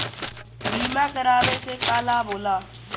बीमा करावे से का लाभ होला?